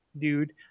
dude